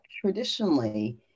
traditionally